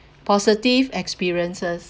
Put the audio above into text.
positive experiences